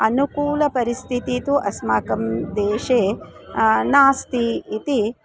अनुकूलपरिस्थितिः तु अस्माकं देशे नास्ति इति